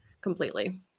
completely